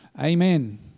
Amen